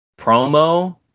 promo